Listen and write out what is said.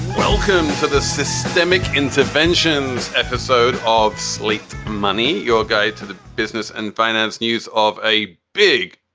welcome to the systemic interventions episode of sleep money, your guide to the business and finance news of a big,